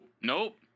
nope